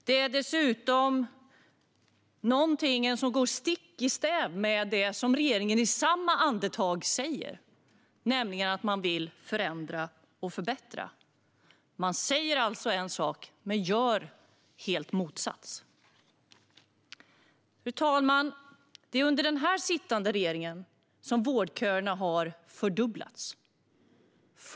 Det är dessutom någonting som går stick i stäv med det som regeringen säger i samma andetag, nämligen att man vill förändra och förbättra. Man säger alltså en sak men gör det helt motsatta. Fru talman! Det är under den sittande regeringen som vårdköerna har fördubblats.